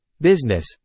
business